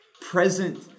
present